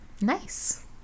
nice